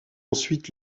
ensuite